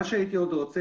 מה שהייתי עוד רוצה